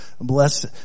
Bless